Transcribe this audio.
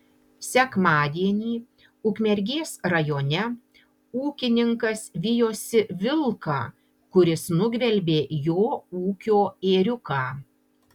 sekmadienį ukmergės rajone ūkininkas vijosi vilką kuris nugvelbė jo ūkio ėriuką